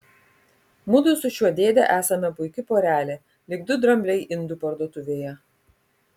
mudu su šiuo dėde esame puiki porelė lyg du drambliai indų parduotuvėje